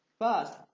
First